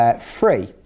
free